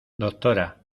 doctora